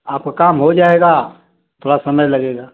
आपका काम हो जाएगा थोड़ा समय लगेगा